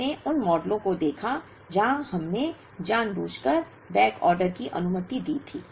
हमने उन मॉडलों को देखा जहां हमने जानबूझकर बैकऑर्डर की अनुमति दी थी